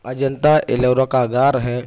اجنتا ایلورا کا غار ہے